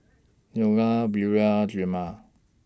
Neola Buel Drema